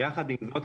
יחד עם זאת,